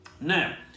Now